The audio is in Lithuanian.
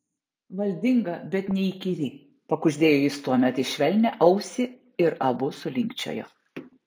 valdinga bet neįkyri pakuždėjo jis tuomet į švelnią ausį ir abu sulinkčiojo